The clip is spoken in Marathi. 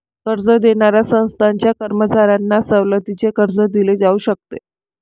कर्ज देणाऱ्या संस्थांच्या कर्मचाऱ्यांना सवलतीचे कर्ज दिले जाऊ शकते